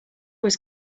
was